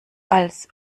als